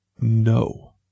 no